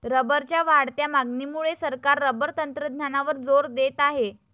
रबरच्या वाढत्या मागणीमुळे सरकार रबर तंत्रज्ञानावर जोर देत आहे